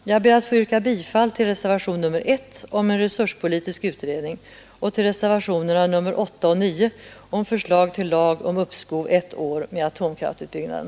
Jag ber att få yrka bifall till reservationen 1 om en resurspolitisk utredning och till reservationerna 8 och 9 som gäller lag om uppskov ett år med atomkraftutbyggnaden.